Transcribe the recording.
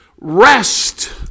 rest